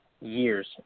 years